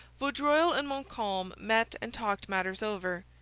vaudreuil and montcalm met and talked matters over.